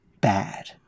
bad